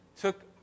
took